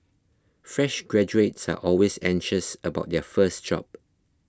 fresh graduates are always anxious about their first job